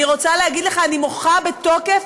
אני רוצה להגיד לך: אני מוחה בתוקף.